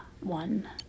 one